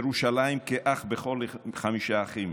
ירושלים, כאח לעוד חמישה אחים.